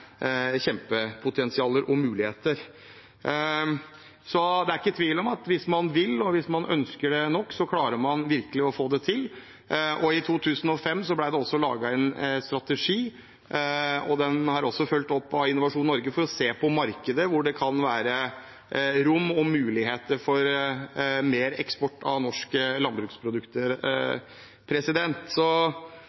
nok, klarer man virkelig å få det til. I 2005 ble det laget en strategi. Den er fulgt opp av Innovasjon Norge for å se på markeder hvor det kan være rom og muligheter for mer eksport av norske landbruksprodukter.